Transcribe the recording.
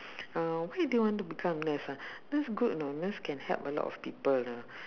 uh why you don't want to become a nurse ah nurse good you know nurse can help a lot of people ah